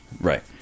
right